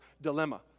dilemma